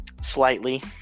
slightly